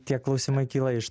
tie klausimai kyla iš